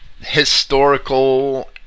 historical